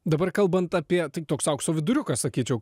dabar kalbant apie tai toks aukso viduriukas sakyčiau